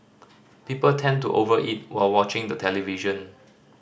people tend to over eat while watching the television